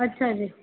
ਅੱਛਾ ਜੀ